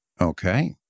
Okay